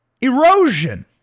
erosion